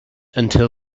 until